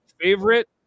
Favorite